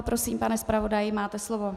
Prosím, pane zpravodaji, máte slovo.